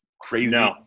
crazy